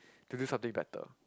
to do something better